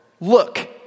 Look